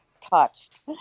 touched